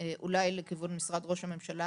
אולי לכיוון משרד ראש הממשלה